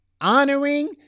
honoring